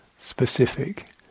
Specific